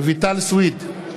רויטל סויד,